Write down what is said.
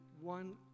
one